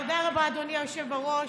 תודה רבה, אדוני היושב-ראש.